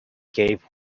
gave